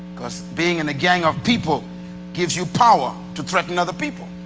cuz being in a gang of people gives you power to threaten other people.